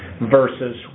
versus